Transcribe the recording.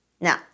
Now